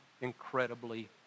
incredibly